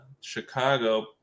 Chicago